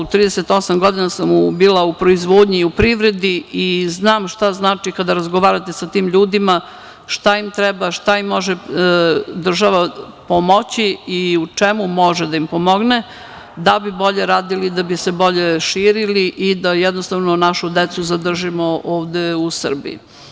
Trideset i osam godina sam bila u proizvodnji u privredi, znam šta znači kada razgovarate sa tim ljudima, šta im treba, šta im može država pomoći i u čemu može da im pomogne da bi bolje radili, da bi se bolje širili i da, jednostavno našu decu zadržimo ovde u Srbiji.